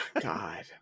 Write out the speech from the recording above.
God